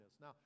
Now